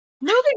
moving